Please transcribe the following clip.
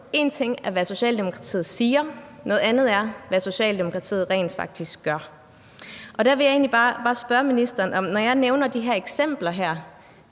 én ting er, hvad Socialdemokratiet siger, noget andet er, hvad Socialdemokratiet rent faktisk gør. Der vil jeg egentlig bare spørge ministeren, når jeg nævner de her eksempler: